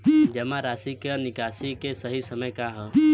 जमा राशि क निकासी के सही समय का ह?